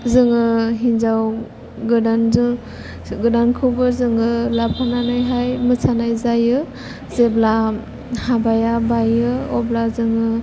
जों हिन्जाव गोदानखौबो जोङो लाफानानैहाय मोसानाय जायो जेब्ला हाबाया बायो अब्ला जों